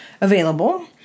available